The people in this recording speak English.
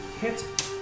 hit